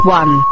one